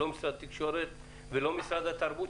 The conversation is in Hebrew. לא משרד התקשורת ולא משרד התרבות,